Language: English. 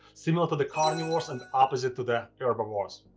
similar to the carnivores and opposite to the herbivores.